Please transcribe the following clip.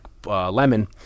Lemon